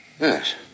Yes